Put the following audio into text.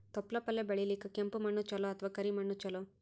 ತೊಪ್ಲಪಲ್ಯ ಬೆಳೆಯಲಿಕ ಕೆಂಪು ಮಣ್ಣು ಚಲೋ ಅಥವ ಕರಿ ಮಣ್ಣು ಚಲೋ?